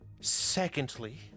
Secondly